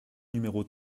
numéros